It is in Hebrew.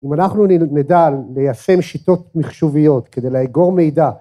אם אנחנו נדע ליישם שיטות מחשוביות כדי לאגור מידע